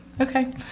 Okay